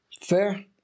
Fair